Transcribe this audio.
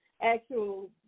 actual